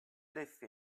live